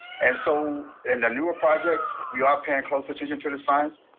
and so in the newer projects, we are paying close attention to the signs.